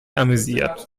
amüsiert